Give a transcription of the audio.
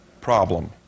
problem